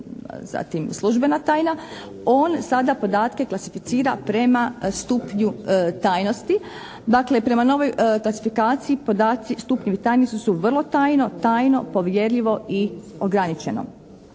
zatim službena tajna, on sada podatke klasificira prema stupnju tajnosti, dakle prema novoj klasifikaciji podaci stupnjevi tajnosti su vrlo tajno, tajno, povjerljivo i ograničeno.